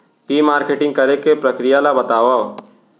ई marketing करे के प्रक्रिया ला बतावव?